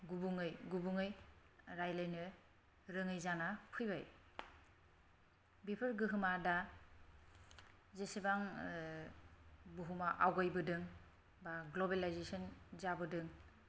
गुबुंयै गुबुंयै रायलायनो रोङै जाना फैबाय बेफोर गोहोमा दा जेसेबां बुहुमा आवगायबोदों एबा ग्लबेलायजेसन जाबोदों